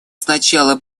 сначала